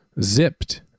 zipped